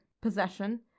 possession